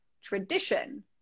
tradition